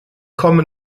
komme